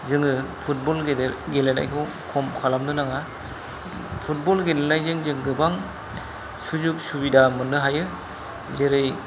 जोङो फुटबल गेलेनायखौ खम खालामनो नाङा फुटबल गेलेनायजों जों गोबां सुजुग सुबिदा मोननो हायो जेरै